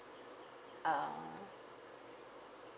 uh